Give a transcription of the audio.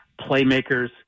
Playmakers